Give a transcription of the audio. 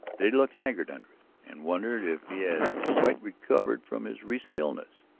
that he looked haggard under it, and wondered if he had quite recovered from his recent illness?